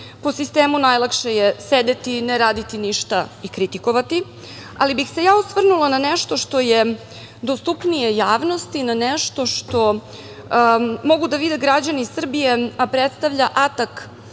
po sistemu - najlakše je sedeti, ne raditi ništa i kritikovati. Ali, ja bih se osvrnula na našto što je dostupnije javnosti, na našto što mogu da vide građani Srbije, a predstava atak